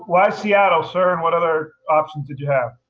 why seattle sir, and what other options did you have?